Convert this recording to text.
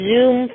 Zoom